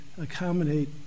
accommodate